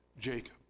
Jacob